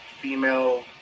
female